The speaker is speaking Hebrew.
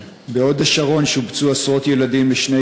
בהוד-השרון שובצו עשרות ילדים לשני